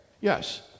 Yes